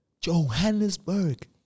Johannesburg